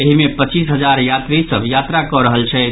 एहि मे पच्चीस हजार यात्री सभ यात्रा कऽ रहल छथि